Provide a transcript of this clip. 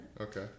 Okay